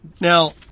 Now